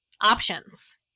Options